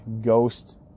ghost